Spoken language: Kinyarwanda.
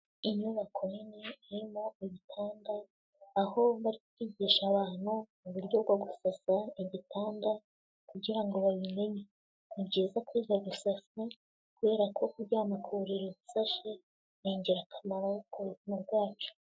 Inyubako nini irimo igitanda, aho barikwigisha abantu mu uburyo bwo gusasa igitanda, kugirango babimenye. Ni byiza kwiga gusasa, kubera ko kuryama ku buriri bushashe, ni ingirakamaro ku zima bwacu.